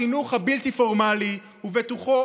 החינוך הבלתי-פורמלי, ובתוכו